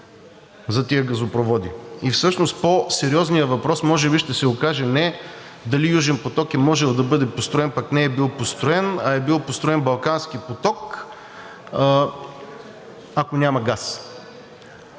за тези газопроводи. И всъщност по-сериозният въпрос може би ще се окаже не дали Южен поток е можел да бъде построен, пък не е бил построен, а е бил построен Балкански поток, ако няма газ.